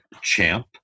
Champ